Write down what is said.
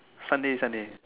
Sunday Sunday